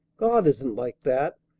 god isn't like that.